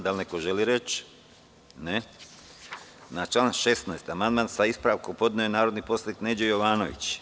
Da li neko želi reč? (Ne) Na član 16. amandman sa ispravkom podneo je narodni poslanik Neđo Jovanović.